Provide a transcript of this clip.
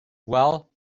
well